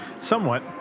Somewhat